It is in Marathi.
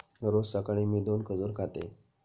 रोज सकाळी मी दोन खजूर खाते